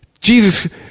Jesus